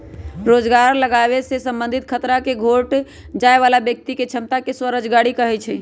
रोजगार लागाबे से संबंधित खतरा के घोट जाय बला व्यक्ति के क्षमता के स्वरोजगारी कहै छइ